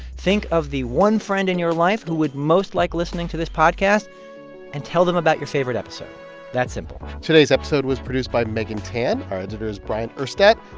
think of the one friend in your life who would most like listening to this podcast and tell them about your favorite episode that simple today's episode was produced by megan tan. our editor is bryant urstadt.